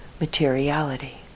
materiality